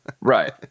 right